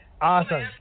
Awesome